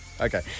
Okay